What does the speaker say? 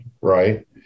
right